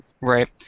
Right